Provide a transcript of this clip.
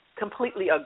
Completely